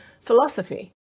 philosophy